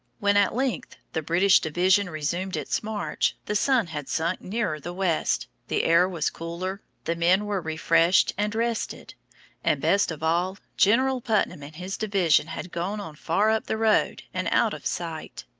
when at length the british division resumed its march, the sun had sunk nearer the west, the air was cooler, the men were refreshed and rested and, best of all, general putnam and his division had gone on far up the road and out of sight.